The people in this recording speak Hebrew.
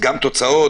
גם תוצאות,